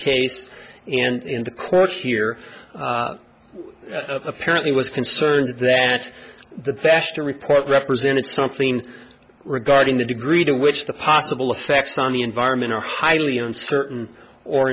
case and the court here apparently was concerned that the best to report represented something regarding the degree to which the possible effects on the environment are highly uncertain or